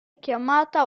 chiamata